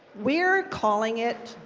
we're calling it,